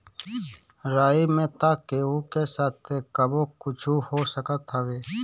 राही में तअ केहू के साथे कबो कुछु हो सकत हवे